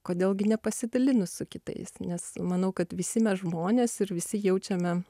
kodėl gi nepasidalinus su kitais nes manau kad visi mes žmonės ir visi jaučiame